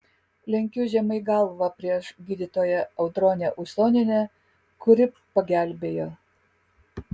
lenkiu žemai galvą prieš gydytoją audronę usonienę kuri pagelbėjo